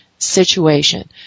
situation